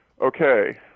okay